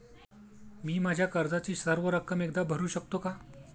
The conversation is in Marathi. मी माझ्या कर्जाची सर्व रक्कम एकदा भरू शकतो का?